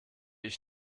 ich